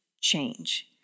change